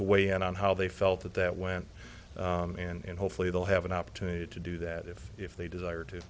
to weigh in on how they felt that that went and hopefully they'll have an opportunity to do that if if they desire to